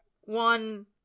one